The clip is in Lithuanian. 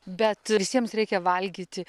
bet visiems reikia valgyti